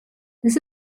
this